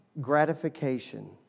gratification